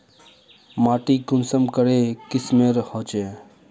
माटी कुंसम करे किस्मेर होचए?